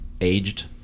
aged